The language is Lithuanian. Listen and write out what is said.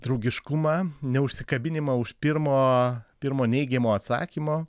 draugiškumą ne užsikabinimą už pirmo pirmo neigiamo atsakymo